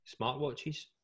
Smartwatches